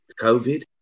COVID